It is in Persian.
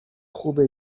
خوبه